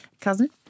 Cousin